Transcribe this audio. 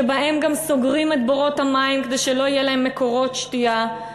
שבהם גם סוגרים את בורות המים כדי שלא יהיו להם מקורות שתייה,